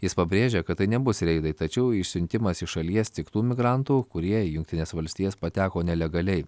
jis pabrėžė kad tai nebus reidai tačiau išsiuntimas iš šalies tik tų migrantų kurie į jungtines valstijas pateko nelegaliai